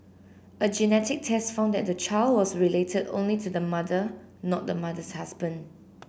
a genetic test found that the child was related only to the mother not the mother's husband